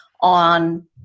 on